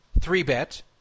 three-bet